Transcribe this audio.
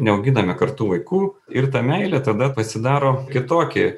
neauginame kartu vaikų ir ta meilė tada pasidaro kitoki